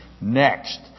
Next